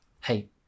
hey